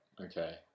Okay